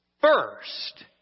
first